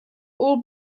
all